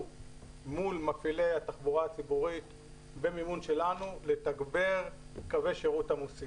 מול מפעילי התחבורה הציבורית במימון שלנו לתגבר קווי שירות עמוסים.